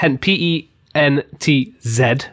p-e-n-t-z